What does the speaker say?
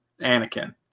Anakin